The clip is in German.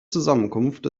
zusammenkunft